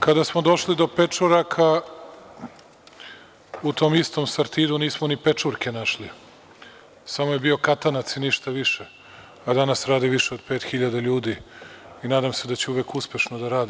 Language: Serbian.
Kada smo došli do pečuraka u tom istom „Sartidu“ nismo ni pečurke našli, samo je bio katanac i ništa više, a danas radi više od 5.000 ljudi i nadam se da će uvek uspešno da rade.